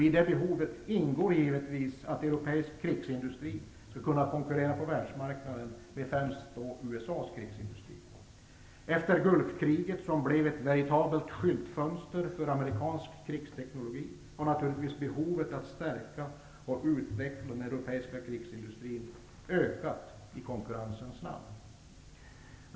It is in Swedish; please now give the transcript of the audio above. I det behovet ingår givetvis att europeisk krigsindustri skall kunna konkurrera på världsmarknaden med främst USA:s krigsindustri. Efter Gulfkriget som blev ett veritabelt skyltfönster för amerikansk krigsteknologi har naturligtvis behovet att stärka och utveckla den europeiska krigsindustrin ökat i konkurrensens namn.